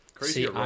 See